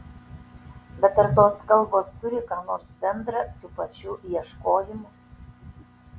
bet ar tos kalbos turi ką nors bendra su pačiu ieškojimu